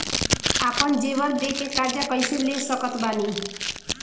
आपन जेवर दे के कर्जा कइसे ले सकत बानी?